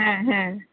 ᱦᱮᱸ ᱦᱮᱸ